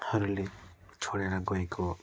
हरूले छोडेर गएको